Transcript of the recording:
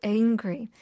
angry